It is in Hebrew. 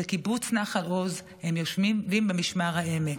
זה קיבוץ נחל עוז, הם יושבים במשמר העמק.